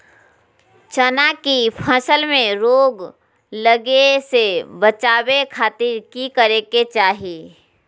चना की फसल में रोग लगे से बचावे खातिर की करे के चाही?